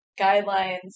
guidelines